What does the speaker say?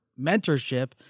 mentorship